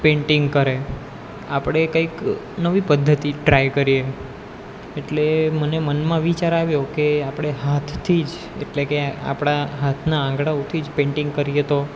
painting કરે આપણે કંઈક નવી પદ્ધતિ ટ્રાય કરીએ એટલે મને મનમાં વિચાર આવ્યો કે આપણે હાથથી જ એટલે કે આપણા હાથના આંગળાઓથી જ પેંટિંગ કરીએ તો